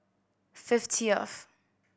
fifteenth